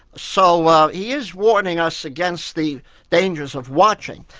so um he is warning us against the dangers of watching.